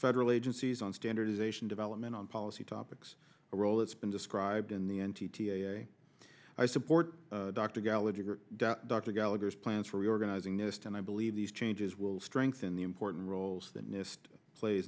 federal agencies on standardization development on policy topics a role it's been described in the n t today i support dr gallagher dr gallagher is plan for reorganizing nist and i believe these changes will strengthen the important roles that nist plays